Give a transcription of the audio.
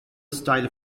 style